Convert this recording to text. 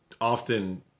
often